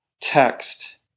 text